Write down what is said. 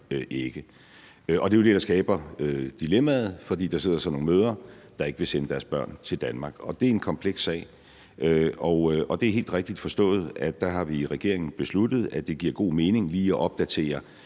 ikke. Det, der skaber dilemmaet, er jo, at der sidder nogle mødre, der ikke vil sende deres børn til Danmark. Det er en kompleks sag, og det er helt rigtigt forstået, at der har vi i regeringen besluttet, at det giver god mening lige at opdatere